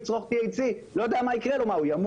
יצרוך THC הוא ימות?